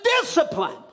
discipline